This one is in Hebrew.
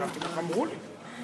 מאחלים לו הרבה הצלחה בתפקידו כשר,